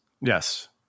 Yes